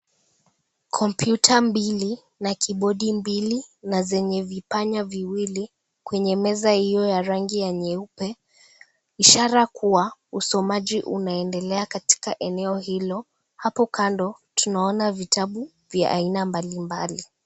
Komputa mbili na kibodi mbili na zenye vipanya viwili kwenye meza iyo ya rangi ya nyeupe. Ishara kuwa usomaji unayendelea katika eneo hilo, hapo kando tunaona vitabu vya aina mbalimbali.